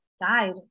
died